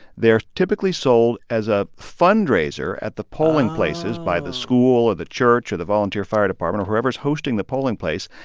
they are typically sold as a fundraiser at the polling places. oh. by the school or the church or the volunteer fire department or whoever's hosting the polling place.